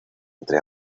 entre